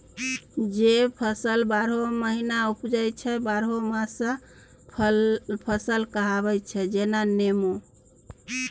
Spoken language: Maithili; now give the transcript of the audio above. जे फसल बारहो महीना उपजै छै बरहमासा फसल कहाबै छै जेना नेबो